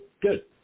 good